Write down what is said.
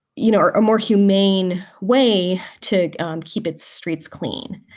you know, a more humane way to keep its streets clean.